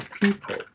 people